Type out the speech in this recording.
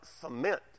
cement